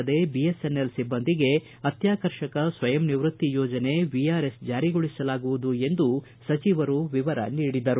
ಇದಲ್ಲದೇ ಬಿಎಸ್ಎನ್ಎಲ್ ಸಿಬ್ಲಂದಿಗೆ ಅತ್ಯಾಕರ್ಷಕ ಸ್ವಯಂ ನಿವೃತ್ತಿ ಯೋಜನೆ ವಿಆರ್ಎಸ್ ಜಾರಿಗೊಳಿಸಲಾಗುವುದು ಎಂದು ಸಚಿವರು ವಿವರ ನೀಡಿದರು